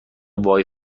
وای